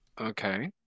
Okay